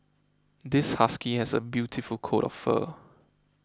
this husky has a beautiful coat of fur